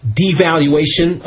devaluation